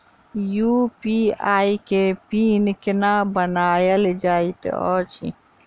UPI केँ PIN केना बनायल जाइत अछि